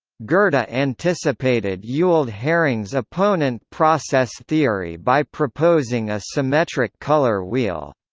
goethe but anticipated ewald hering's opponent process theory by proposing a symmetric colour wheel.